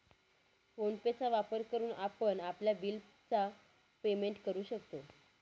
phone पे चा वापर करून आपण आपल्या बिल च पेमेंट करू शकतो